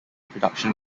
production